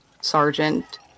sergeant